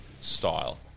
style